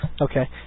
okay